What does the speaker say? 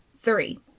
three